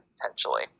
potentially